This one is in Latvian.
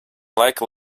laika